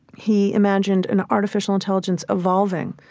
he imagined an artificial intelligence evolving,